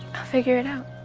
i'll figure it out.